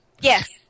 Yes